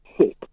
Six